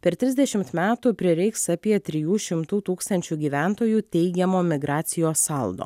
per trisdešimt metų prireiks apie trijų šimtų tūkstančių gyventojų teigiamo migracijos saldo